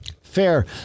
Fair